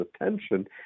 attention